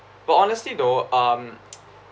but honestly though um